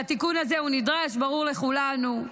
והתיקון הזה הוא נדרש, ברור לכולנו,